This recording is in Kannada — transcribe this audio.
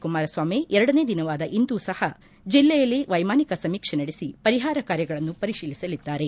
ಕುಮಾರಸ್ವಾಮಿ ಎರಡನೇ ದಿನವಾದ ಇಂದು ಸಪ ಜಿಲ್ಲೆಯಲ್ಲಿ ವೈಮಾನಿಕ ಸಮೀಕ್ಷೆ ನಡೆಸಿ ಪರಿಹಾರ ಕಾರ್ಯಗಳನ್ನು ಪರಿಶೀಲಿಸಲಿದ್ದಾರೆ